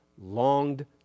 longed